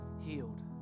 healed